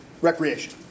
recreation